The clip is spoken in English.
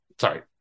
Sorry